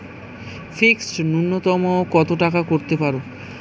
Fixed নুন্যতম কত টাকা করতে হবে?